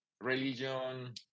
Religion